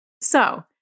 So-